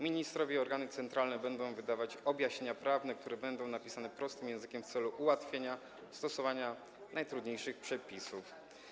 Ministrowie i organy centralne będą wydawać objaśnienia prawne, które będą napisane prostym językiem, w celu ułatwienia stosowania najtrudniejszych przepisów.